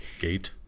gate